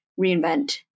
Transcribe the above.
Reinvent